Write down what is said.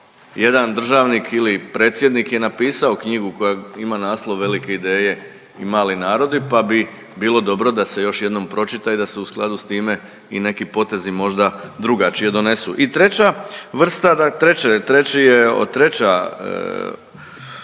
jedan državnik ili predsjednik je napisao knjigu koja ima naslov „Velike ideje i mali narodi“ pa bi bilo dobro da se još jednom pročita i da se u skladu s time i neki potezi možda drugačije donesu. I treća vrsta, treća skupina